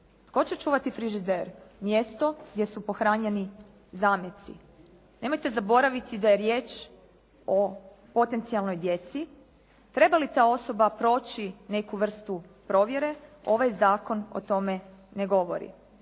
tko će čuvati frižider, mjesto gdje su pohranjeni zameci. Nemojte zaboraviti da je riječ o potencijalnoj djeci. Treba li ta osoba proći neku vrstu provjere. Ovaj zakon o tome ne govori.